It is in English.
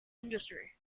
industry